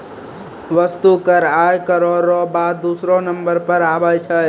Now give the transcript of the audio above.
वस्तु कर आय करौ र बाद दूसरौ नंबर पर आबै छै